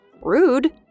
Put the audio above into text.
Rude